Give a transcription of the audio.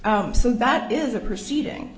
d so that is a proceeding